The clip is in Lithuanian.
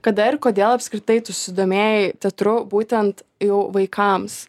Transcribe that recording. kada ir kodėl apskritai tu susidomėjai teatru būtent jau vaikams